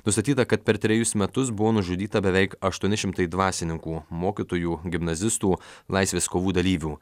nustatyta kad per trejus metus buvo nužudyta beveik aštuoni šimtai dvasininkų mokytojų gimnazistų laisvės kovų dalyvių